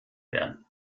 werden